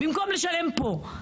במקום לשלם פה.